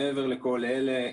מעבר לכל אלה,